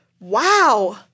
wow